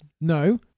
No